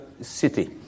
city